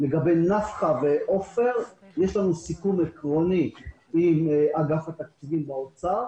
בעניין "נפחא" ו"עופר" יש לנו סיכום עקרוני עם אגף התקציבים באוצר.